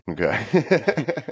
Okay